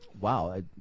Wow